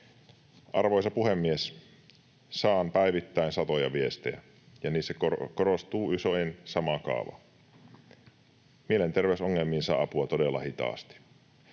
Arvoisa puhemies! Saan päivittäin satoja viestejä, ja niissä korostuu usein sama kaava: mielenterveysongelmiin saa apua todella hitaasti.